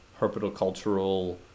herpetocultural